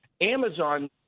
Amazon